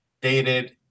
dated